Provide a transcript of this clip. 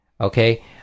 Okay